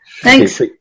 Thanks